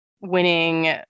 winning